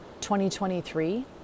2023